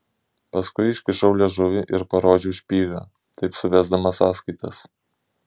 paskui iškišau liežuvį ir parodžiau špygą taip suvesdamas sąskaitas